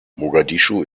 mogadischu